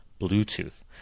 bluetooth